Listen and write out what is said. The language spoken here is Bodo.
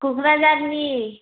क'क्राझारनि